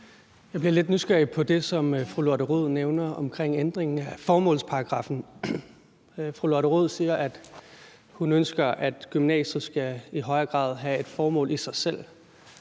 Jeg bliver lidt nysgerrig på det, som fru Lotte Rod nævner om ændringen af formålsparagraffen. Fru Lotte Rod siger, at hun ønsker, at gymnasiet i højere grad skal have et formål i sig selv.